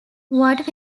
what